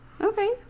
Okay